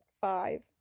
Five